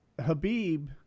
habib